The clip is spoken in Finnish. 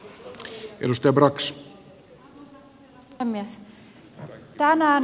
arvoisa herra puhemies